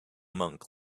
monk